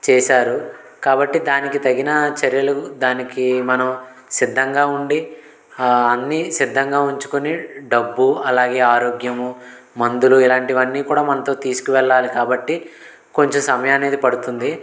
చేశారు కాబట్టి దానికి తగిన చర్యలు దానికి మనం సిద్ధంగా ఉండి అన్నీ సిద్ధంగా ఉంచుకొని డబ్బు అలాగే ఆరోగ్యము మందులు ఇలాంటివన్నీ కూడా మనతో తీసుకువెళ్లాలి కాబట్టి కొంచెం సమయం అనేది పడుతుంది